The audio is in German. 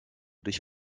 dich